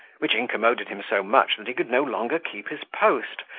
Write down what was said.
which incommoded him so much that he could no longer keep his post,